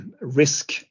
risk